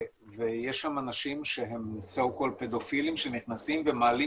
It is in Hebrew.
ויש שם אנשים שהם so called פדופילים שנכנסים ומעלים